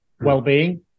well-being